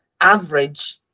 average